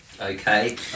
okay